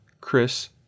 Chris